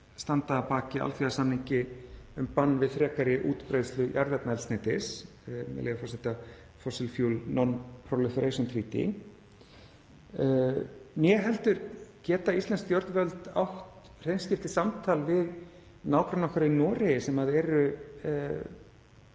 standa að baki alþjóðasamningi um bann við frekari útbreiðslu jarðefnaeldsneytis, með leyfi forseta, „Fossil Fuel Non-Proliferation Treaty“, né heldur geta íslensk stjórnvöld átt hreinskiptið samtal við nágranna okkar í Noregi sem eru